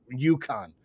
UConn